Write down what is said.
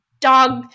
dog